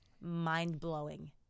mind-blowing